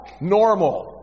normal